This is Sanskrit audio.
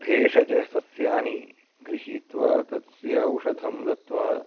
भेषजसस्यानि गृहीत्वा तस्य औषधं दत्वा